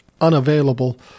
unavailable